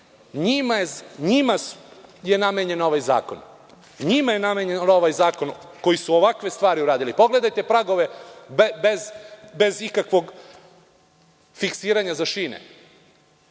Njima je namenjen ovaj zakon, onima koji su ovakve stvari uradili. Pogledajte pragove bez ikakvog fiksiranja za šine.